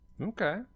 Okay